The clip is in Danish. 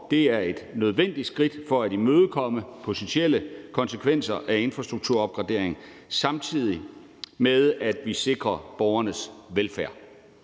Det er et nødvendigt skridt for at imødekomme potentielle konsekvenser af infrastrukturopgraderingen, samtidig med at vi sikrer borgernes velfærd.